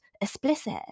explicit